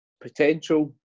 potential